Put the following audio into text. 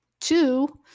Two